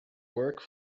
work